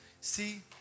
See